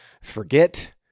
forget